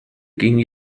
ging